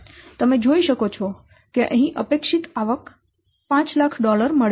તો તમે જોઈ શકો છો કે આ અહીં અપેક્ષિત આવક 500000 મળે છે